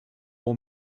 all